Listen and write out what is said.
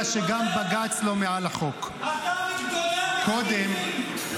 שרוצה להחזיר את המהפכה המשפטית לרחובות